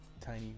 tiny